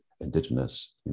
indigenous